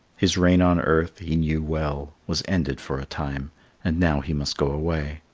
his reign on earth, he knew well, was ended for a time and now he must go away.